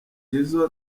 jizzo